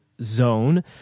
zone